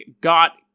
got